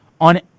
on